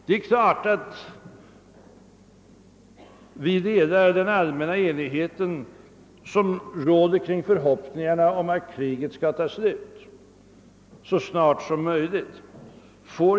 Självfallet delar vi den allmänna enighet som råder kring förhoppningarna om att kriget skall ta slut så snart som möjligt.